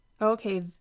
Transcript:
okay